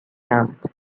camp